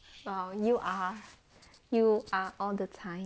你 you are you are all the time